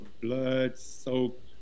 blood-soaked